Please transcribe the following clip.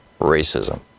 racism